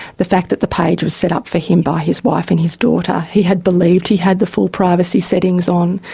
the fact that the page was set up for him by his wife and his daughter. he had believed he had the full privacy settings on.